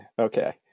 Okay